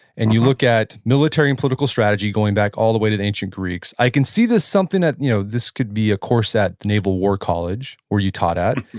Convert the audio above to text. and you look at military and political strategy going back all the way to the ancient greeks. i can see this something that you know this could be a course at the naval war college where you taught at.